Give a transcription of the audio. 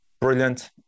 brilliant